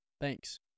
Thanks